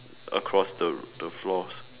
across the the floors